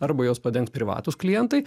arba juos padengs privatūs klientai